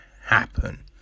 happen